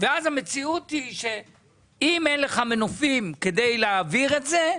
ואז המציאות היא שאם אין לך מנופים כדי להעביר את זה,